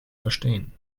verstehen